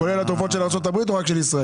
כולל התרופות של ארצות הברית או רק של ישראל?